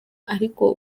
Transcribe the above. ariko